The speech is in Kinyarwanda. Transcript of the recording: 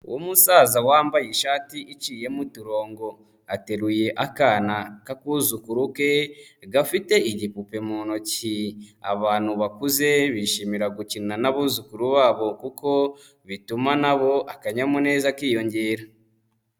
Umusaza wambaye ishati iciyemo uturongo ateruye akana k'akuzukuru ke gafite igipupe mu ntoki, abantu bakuze bishimira gukina n'abuzukuru babo kuko bituma na bo akanyamuneza kiyongera.